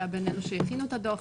שהיה בין אלו שהכינו את הדו"ח,